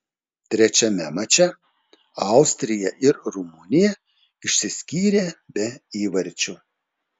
trečiame mače austrija ir rumunija išsiskyrė be įvarčių